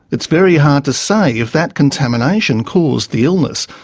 it's very hard to say if that contamination caused the illness,